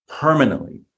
permanently